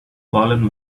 fallen